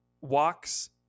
Walks